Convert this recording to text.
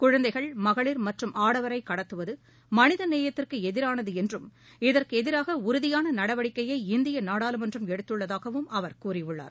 குழந்தைகள் மகளிர் மற்றும் ஆடவரை கடத்தவது மனித நேயத்திற்கு எதிரானது என்றும் இதற்கு எதிராக உறுதியான நடவடிக்கையை இந்திய நாடாளுமன்றம் எடுத்துள்ளதாகவும் அவர் கூறியுள்ளார்